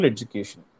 Education